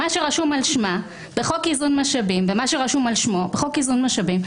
מה שרשום בחוק איזון משאבים ומה שרשום על שמו בחוק איזון משאבים,